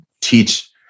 teach